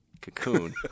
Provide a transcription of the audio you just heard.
Cocoon